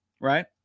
Right